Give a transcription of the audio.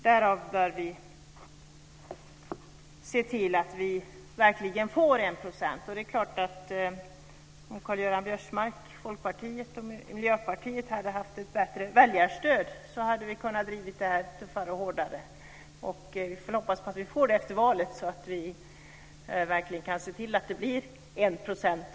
Därav bör vi se till att vi verkligen når upp till 1 %. Om Karl-Göran Biörsmark, Folkpartiet, och Miljöpartiet hade haft ett bättre väljarstöd hade vi kunnat driva denna fråga på ett tuffare och hårdare sätt. Vi får hoppas att vi får det efter valet så att vi verkligen kan se till att det blir 1 %.